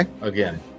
again